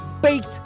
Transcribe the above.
baked